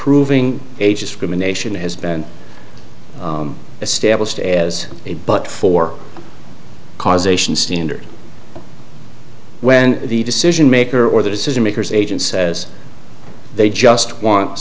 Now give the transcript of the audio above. proving age is criminal action has been established as a but for causation standard when the decision maker or the decision makers agent says they just want